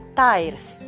tires